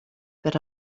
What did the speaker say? per